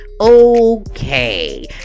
Okay